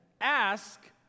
Ask